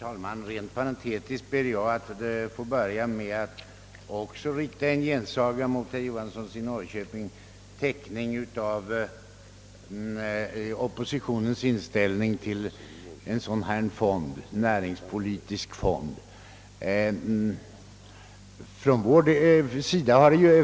Herr talman! Jag ber att få börja med att rent parentetiskt rikta en gensaga mot herr Johanssons i Trollhättan onyanserade teckning av oppositionens inställning till en sådan här näringspolitisk fond.